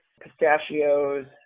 pistachios